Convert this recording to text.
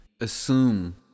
assume